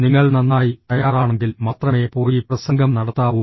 നിങ്ങൾ നന്നായി തയ്യാറാണെങ്കിൽ മാത്രമേ പോയി പ്രസംഗം നടത്താവൂ